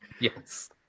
Yes